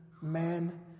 man